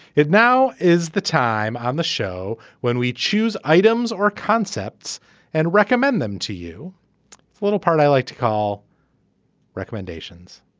it now is the time on the show when we choose items or concepts and recommend them to you a little part i like to call recommendations.